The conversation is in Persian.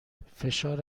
فشار